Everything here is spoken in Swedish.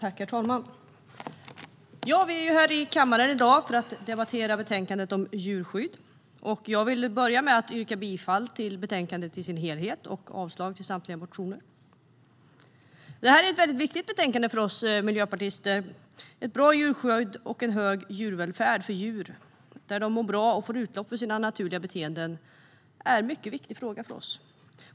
Herr talman! Vi är här i kammaren i dag för att debattera betänkandet om djurskydd. Jag vill börja med att yrka bifall till utskottets förslag i betänkandet och avslag på samtliga reservationer. Det här är ett väldigt viktigt betänkande för oss miljöpartister. Ett bra djurskydd och en hög djurvälfärd där djuren mår bra och får utlopp för sina naturliga beteenden är en mycket viktig fråga för oss.